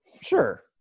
Sure